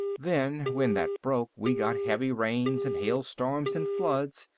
then, when that broke, we got heavy rains and hailstorms and floods,